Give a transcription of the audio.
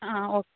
ಹಾಂ ಓಕ್